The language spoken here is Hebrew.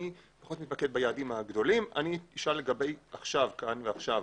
אני פחות מתמקד ביעדים הגדולים ואני אשאל לגבי כאן ועכשיו.